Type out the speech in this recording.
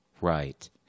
Right